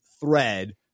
thread